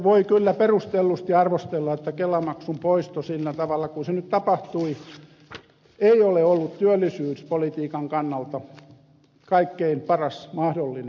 voi kyllä perustellusti arvostella että kelamaksun poisto sillä tavalla kuin se nyt tapahtui ei ole ollut työllisyyspolitiikan kannalta kaikkein paras mahdollinen